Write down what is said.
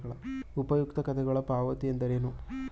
ಉಪಯುಕ್ತತೆಗಳ ಪಾವತಿ ಎಂದರೇನು?